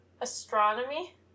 Astronomy